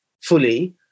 fully